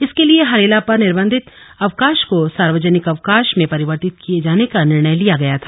इसके लिए हरेला पर निर्बन्धित अवकाश को सार्वजनिक अवकाश मे परिवर्तित किए जाने का निर्णय लिया गया था